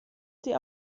sie